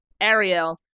Ariel